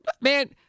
man